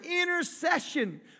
intercession